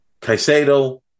Caicedo